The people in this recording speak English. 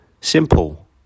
Simple